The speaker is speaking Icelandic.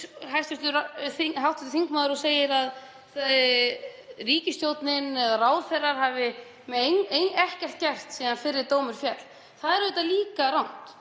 hv. þingmaður og segir að ríkisstjórnin eða ráðherrar hafi ekkert gert síðan fyrri dómur féll. Það er auðvitað líka rangt.